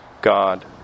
God